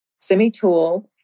SemiTool